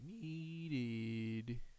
Needed